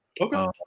Okay